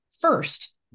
first